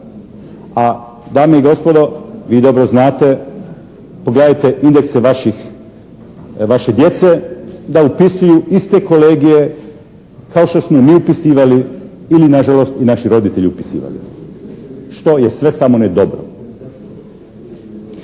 A dame i gospodo vi dobro znate, pogledajte indekse vaših, vaše djece da upisuju iste kolegije kao što smo mi upisivali ili nažalost i naši roditelji upisivali. Što je sve samo ne dobro.